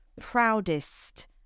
proudest